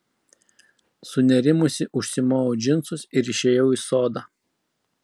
sunerimusi užsimoviau džinsus ir išėjau į sodą